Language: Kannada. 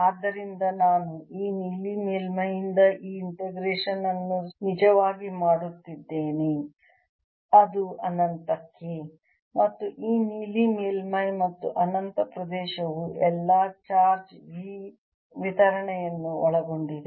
ಆದ್ದರಿಂದ ನಾನು ಈ ನೀಲಿ ಮೇಲ್ಮೈಯಿಂದ ಈ ಇಂಟಿಗ್ರೇಷನ್ ಅನ್ನು ನಿಜವಾಗಿ ಮಾಡುತ್ತಿದ್ದೇನೆ ಅದು ಅನಂತಕ್ಕೆ ಮತ್ತು ಈ ನೀಲಿ ಮೇಲ್ಮೈ ಮತ್ತು ಅನಂತ ಪ್ರದೇಶವು ಎಲ್ಲಾ ಚಾರ್ಜ್ V ತರಣೆಯನ್ನು ಒಳಗೊಂಡಿದೆ